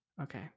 okay